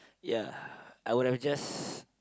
ya I would have just